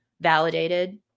validated